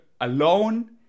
alone